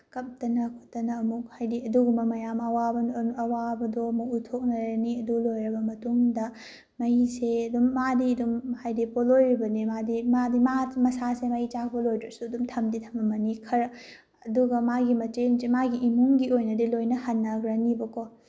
ꯀꯞꯇꯅ ꯈꯣꯠꯇꯅ ꯑꯃꯨꯛ ꯍꯥꯏꯗꯤ ꯑꯗꯨꯒꯨꯝꯕ ꯃꯌꯥꯝ ꯑꯋꯥꯕꯗꯣ ꯑꯃꯨꯛ ꯎꯠꯊꯣꯛꯅꯔꯅꯤ ꯑꯗꯨ ꯂꯣꯏꯔꯕ ꯃꯇꯨꯡꯗ ꯃꯩꯁꯦ ꯑꯗꯨꯝ ꯃꯥꯗꯤ ꯑꯗꯨꯝ ꯍꯥꯏꯗꯤ ꯄꯣꯂꯣꯏꯔꯤꯕꯅꯤ ꯃꯥꯗꯤ ꯃꯥꯗꯤ ꯃꯥ ꯃꯁꯥꯁꯦ ꯃꯩ ꯆꯥꯛꯄ ꯂꯣꯏꯗ꯭ꯔꯁꯨ ꯑꯗꯨꯝ ꯊꯝꯗꯤ ꯊꯅꯝꯃꯅꯤ ꯈꯔ ꯑꯗꯨꯒ ꯃꯥꯒꯤ ꯃꯆꯦ ꯅꯨꯡꯆꯦ ꯃꯥꯒꯤ ꯏꯃꯨꯡꯒꯤ ꯑꯣꯏꯅꯗꯤ ꯂꯣꯏꯅ ꯍꯟꯅꯈ꯭ꯔꯅꯤꯕꯀꯣ